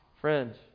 Friends